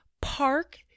park